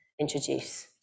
introduce